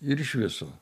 ir iš viso